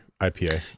IPA